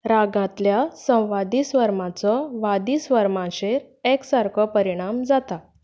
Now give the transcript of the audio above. रागांतल्या संवादी स्वरमाचो वादी स्वरमांचेर एकसारको परिणाम जाता